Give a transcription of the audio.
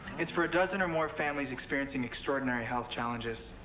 it's for a dozen or more families experiencing extraordinary health challenges.